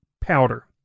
powder